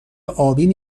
ابی